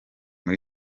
muri